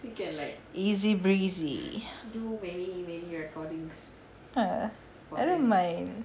easy breezy I don't mind